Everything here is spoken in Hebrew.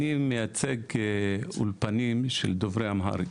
אני מייצג אולפנים של דוברי אמהרית.